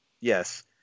yes